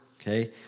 Okay